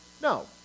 No